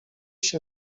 się